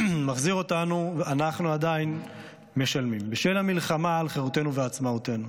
שאנחנו עדיין משלמים בשל המלחמה על חירותנו ועצמאותנו.